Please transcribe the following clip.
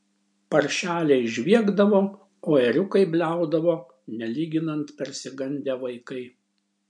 paršeliai žviegdavo o ėriukai bliaudavo nelyginant persigandę vaikai